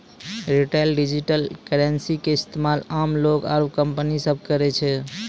retail digital currency के इस्तेमाल आम लोग आरू कंपनी सब करै छै